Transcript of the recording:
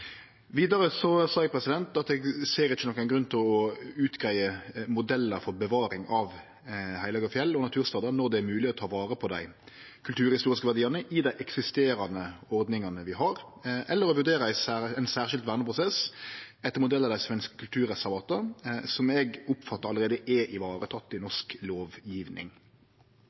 Vidare sa eg at eg ikkje ser nokon grunn til å greie ut modellar for bevaring av heilage fjell og naturstader når det er mogleg å ta vare på dei kulturhistoriske verdiane i dei ordningane vi allereie har, eller vurdere ein særskild verneprosess etter modell av dei svenske kulturreservata når eg oppfattar at dette allereie er teke vare på i norsk